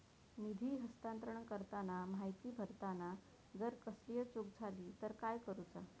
निधी हस्तांतरण करताना माहिती भरताना जर कसलीय चूक जाली तर काय करूचा?